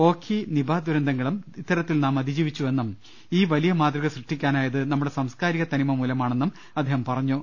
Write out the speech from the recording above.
ഓഖി നിപ ദൂരന്തങ്ങളും ഇത്തരത്തിൽ നാം അതിജീവി ച്ചുവെന്നും ഈ വലിയ മാതൃക സൃഷ്ടിക്കാനായത് നമ്മുടെ സാംസ്കാരികത്തനിമ മൂലമാണെന്നും അദ്ദേഹം പറഞ്ഞു